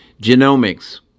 Genomics